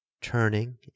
turning